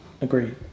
agreed